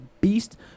beast –